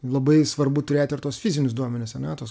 labai svarbu turėt ir tuos fizinius duomenis ane tuos